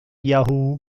yahoo